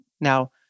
Now